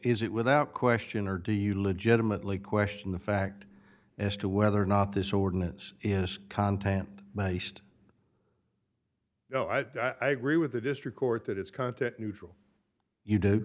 is it without question or do you legitimately question the fact as to whether or not this ordinance is content maced you know i agree with the district court that it's content neutral you d